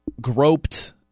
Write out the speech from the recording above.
groped